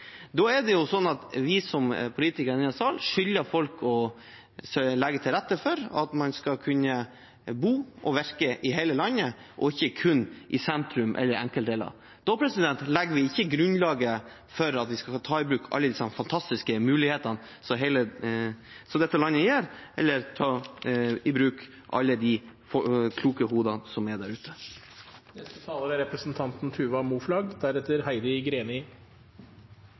Da er det sånn at vi som politikere i denne sal skylder folk å legge til rette for at man skal kunne bo og virke i hele landet, og ikke kun i sentrum eller enkelte deler. Da legger vi ikke grunnlaget for at vi skal ta i bruk alle de fantastiske mulighetene som dette landet gir, eller ta i bruk alle de kloke hodene som er der ute.